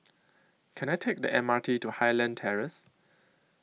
Can I Take The M R T to Highland Terrace